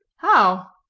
how?